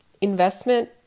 Investment